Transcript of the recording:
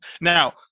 Now